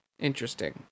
Interesting